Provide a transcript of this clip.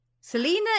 Selena